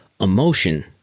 emotion